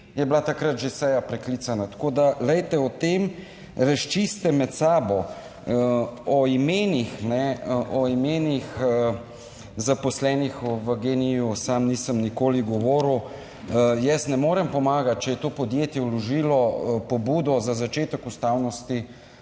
je bila takrat že seja preklicana. Tako da glejte, o tem razčistite med sabo. O imenih, kajne, o imenih zaposlenih v GEN-I-ju sam nisem nikoli govoril. Jaz ne morem pomagati, če je to podjetje vložilo pobudo za začetek ustavnosti